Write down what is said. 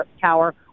Tower